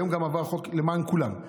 היום גם עבר חוק למען כולם.